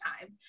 time